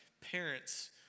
parents